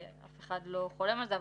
אף אחד לא חולם על זה.